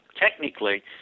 technically